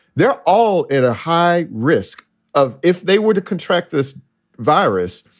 they're all at a high risk of if they were to contract this virus.